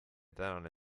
tänane